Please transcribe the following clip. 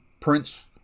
Prince